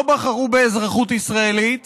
לא בחרו באזרחות ישראלית,